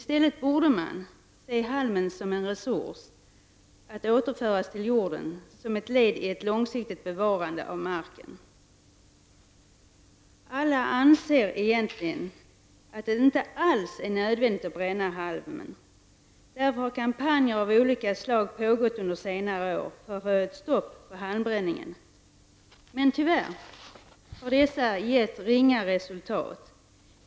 Man borde i stället se halmen som en resurs att återföra till jorden som ett led i ett långsiktigt bevarande av marken. Alla anser egentligen att det inte är nödvändigt att bränna halmen. Därför har kampanjer av olika slag pågått under senare år för att få ett stopp på halmbränningen. Tyvärr har dessa gett ringa resultat.